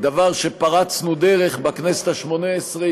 דבר שפרצנו אתו דרך בכנסת השמונה-עשרה,